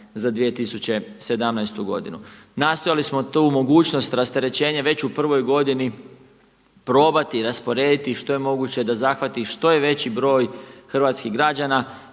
za 2017. godinu. Nastojali smo tu mogućnost rasterećenja već u prvoj godini probati rasporediti što je moguće da zahvati što je veći broj hrvatskih građana.